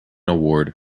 award